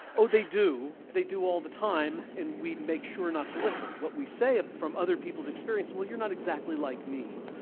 oh they do, they do all the time and we make sure not to listen. what we say from other people's experience is well you're not exactly like me,